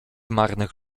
marnych